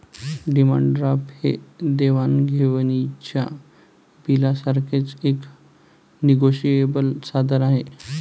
demand draft हे देवाण घेवाणीच्या बिलासारखेच एक निगोशिएबल साधन आहे